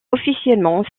officiellement